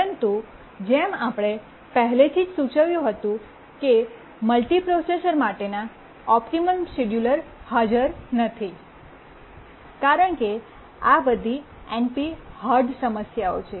પરંતુ જેમ આપણે પહેલાથી જ સૂચવ્યું હતું કે મલ્ટિપ્રોસેસર માટેના ઓપ્ટિમલ શિડ્યુલર હાજર નથી કારણ કે આ બધી NP hard સમસ્યાઓ છે